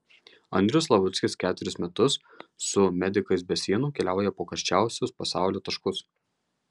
andrius slavuckis ketverius metus su medikais be sienų keliauja po karščiausius pasaulio taškus